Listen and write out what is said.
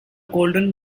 golden